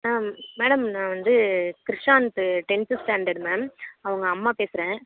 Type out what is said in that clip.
ma'am madam நான் வந்து Krishanth tenth standard ma'am அவங்க அம்மா பேசுகிறேன்